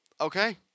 Okay